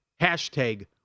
hashtag